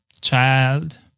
child